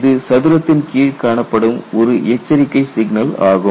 இது சதுரத்தின் கீழ் காணப்படும் ஒரு எச்சரிக்கை சிக்னல் ஆகும்